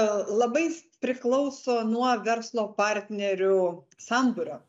labai priklauso nuo verslo partnerių sandorio